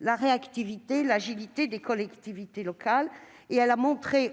la réactivité et l'agilité des collectivités locales. Elle a également montré